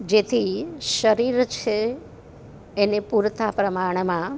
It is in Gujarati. જેથી શરીર છે એને પૂરતા પ્રમાણમાં